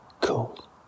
cool